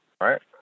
right